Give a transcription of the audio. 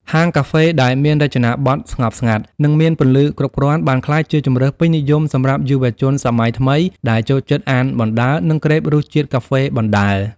ហាងកាហ្វេដែលមានរចនាបថស្ងប់ស្ងាត់ និងមានពន្លឺគ្រប់គ្រាន់បានក្លាយជាជម្រើសពេញនិយមសម្រាប់យុវជនសម័យថ្មីដែលចូលចិត្តអានបណ្ដើរ និងក្រេបរសជាតិកាហ្វេបណ្ដើរ។